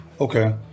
Okay